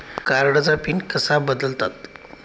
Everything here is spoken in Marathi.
कार्डचा पिन कसा बदलतात?